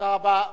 תודה רבה.